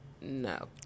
no